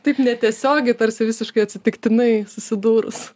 taip netiesiogiai tarsi visiškai atsitiktinai susidūrus